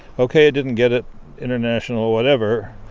ok, it didn't get it international whatever.